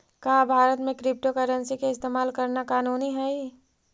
का भारत में क्रिप्टोकरेंसी के इस्तेमाल करना कानूनी हई?